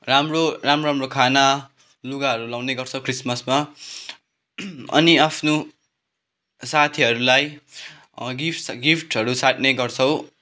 राम्रो राम्रो राम्रो खाना लुगाहरू लगाउने गर्छौँ क्रिसमसमा अनि आफ्नो साथीहरूलाई गिफ्ट गिफ्टहरू साट्ने गर्छौँ